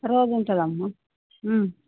రోజు ఉంటుందమ్మా